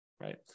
Right